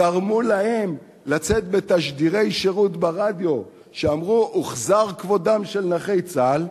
גרמו להם לצאת בתשדירי שירות ברדיו שאמרו "הוחזר כבודם של נכי צה"ל",